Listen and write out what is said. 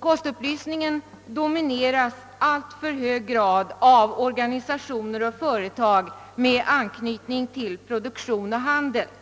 Kostupplysningen domineras i alltför hög grad av organisationer och företag med anknytning till produktion och handel. Om